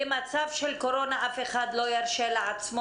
במצב של קורונה אף אחד לא ירשה לעצמו